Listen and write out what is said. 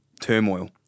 turmoil